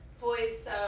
voice